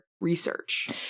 research